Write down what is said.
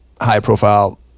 high-profile